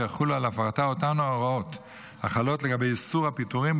ויחולו על הפרתה אותן הוראות החלות לגבי איסור הפיטורים,